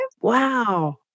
wow